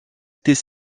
était